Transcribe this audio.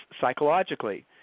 psychologically